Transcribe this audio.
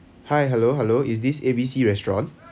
hi hello hello is this A B C restaurant